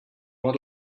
want